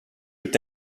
est